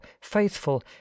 faithful